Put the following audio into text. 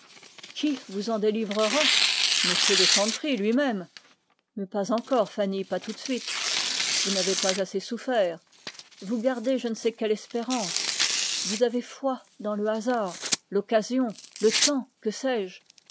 qui vous en délivrera m de chanteprie luimême mais pas encore fanny pas tout de suite vous n'avez pas assez souffert vous gardez je ne sais quelle espérance vous avez foi dans le hasard l'occasion le temps que sais-je